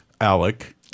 Alec